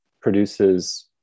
produces